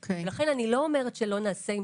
לכן אני לא אומרת שלא נעשה עוד שינויים,